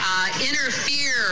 Interfere